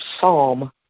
Psalm